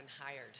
hired